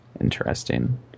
interesting